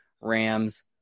Rams